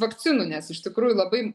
vakcinų nes iš tikrųjų labai